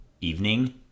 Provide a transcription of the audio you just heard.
evening